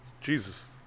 Jesus